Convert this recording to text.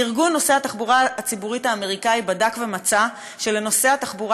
ארגון נוסעי התחבורה הציבורית האמריקאי בדק ומצא שלנוסע בתחבורה